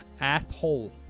Asshole